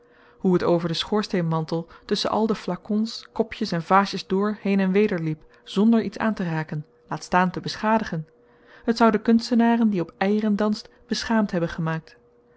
hoe het over den schoorsteenmantel tusschen al de flacons kopjes en vaasjes door heen en weder liep zonder iets aan te raken laat staan te beschadigen het zoû de kunstenaren die op eieren danst beschaamd hebben gemaakt